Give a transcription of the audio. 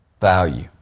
Value